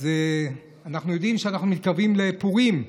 אנחנו יודעים שאנחנו מתקרבים לפורים,